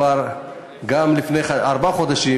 גם לפני ארבעה חודשים,